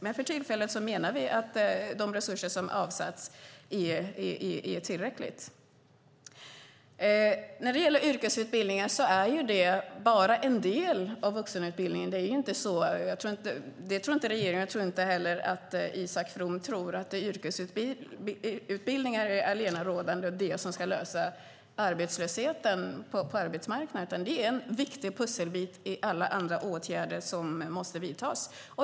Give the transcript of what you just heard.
Men för tillfället menar vi att de resurser som avsatts är tillräckliga. Yrkesutbildningen är bara en del av vuxenutbildningen. Regeringen tror inte - och det gör väl inte heller Isak From - att yrkesutbildningar är allenarådande och det som ska lösa arbetslösheten på arbetsmarknaden. Yrkesutbildningen är en viktig pusselbit bland alla åtgärder som måste vidtas.